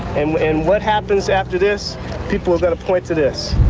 and what happens after this people are gonna point to this.